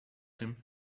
him